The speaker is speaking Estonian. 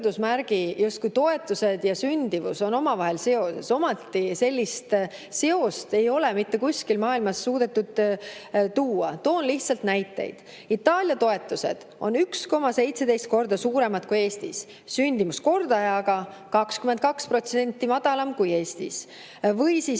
justkui toetused ja sündimus oleks omavahel seoses, ometi sellist seost ei ole mitte kuskil maailmas suudetud [välja] tuua. Toon lihtsalt näiteid. Itaalia toetused on 1,17 korda suuremad kui Eestis, sündimuskordaja aga 22% madalam kui Eestis. Või siis